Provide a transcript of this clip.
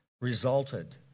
resulted